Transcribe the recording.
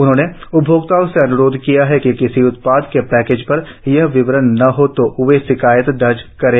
उन्होंने उपभोक्ताओं से अन्रोध किया कि किसी उत्पाद के पैकेज पर यह विवरण न हो तो वे शिकायत दर्ज करें